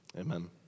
amen